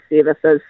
services